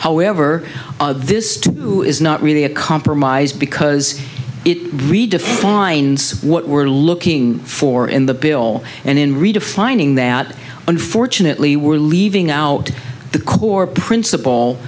however this is not really a compromise because it redefines what we're looking for in the bill and in redefining that unfortunately we're leaving out the core principle